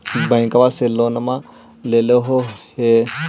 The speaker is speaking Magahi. बैंकवा से लोनवा लेलहो हे?